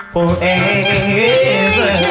Forever